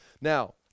Now